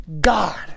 God